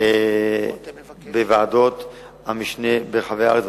לחברים בוועדות המשנה ברחבי הארץ.